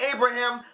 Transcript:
Abraham